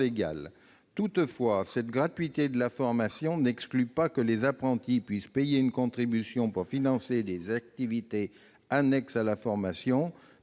Toutefois, cette gratuité n'exclut pas que les apprentis puissent payer une contribution pour financer des activités annexes à la formation,